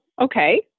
okay